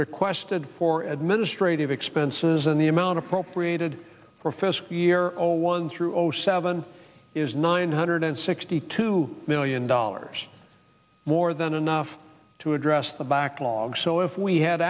requested for administrative expenses and the amount appropriated for fest we're all one through zero seven is nine hundred sixty two million dollars more than enough to address the backlog so if we had